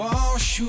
Wash